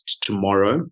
tomorrow